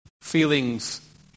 feelings